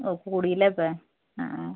ഓ കൂടിയില്ലേപ്പേ ആ